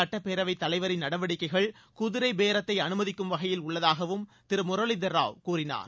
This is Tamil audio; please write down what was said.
சுட்டப் பேரவைத் தலைவரின் நடவடிக்கைகள் குதிரை பேரத்தை அனுமதிக்கும் வகையில் உள்ளதாகவும் திரு முரளிதரராவ் கூறினார்